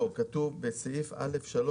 כתוב בסעיף (א)(3)